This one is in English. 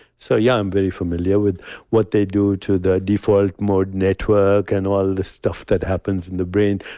so yeah, i'm very familiar with what they do to the default mode network and all the stuff that happens in the brain.